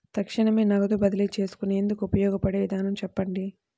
తక్షణమే నగదు బదిలీ చేసుకునేందుకు ఉపయోగపడే విధానము చెప్పండి?